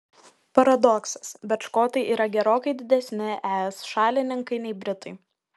paradoksas bet škotai yra gerokai didesni es šalininkai nei britai